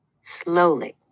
Slowly